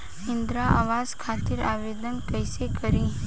इंद्रा आवास खातिर आवेदन कइसे करि?